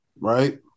Right